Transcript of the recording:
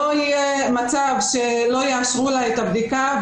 לא יהיה מצב שלא יאשרו לה את הבדיקה,